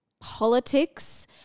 Politics